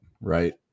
Right